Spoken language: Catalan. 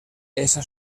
essa